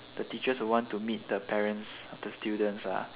the teachers will want to meet the parents the students ah